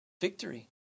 victory